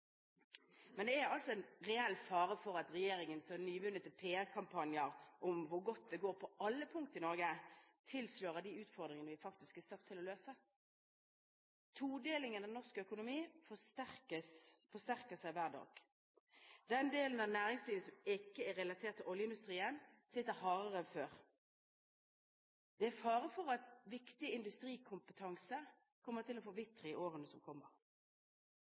men det er altså en reell fare for at regjeringens nyvunne PR-kampanjer – om hvor godt det går på alle punkt i Norge – tilslører de utfordringer vi faktisk er satt til å løse. Todelingen av norsk økonomi forsterker seg hver dag. Den delen av næringslivet som ikke er relatert til oljeindustrien, sliter hardere enn før. Det er fare for at viktig industrikompetanse kommer til å forvitre i årene som kommer.